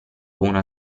una